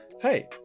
hey